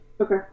Okay